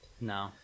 No